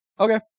Okay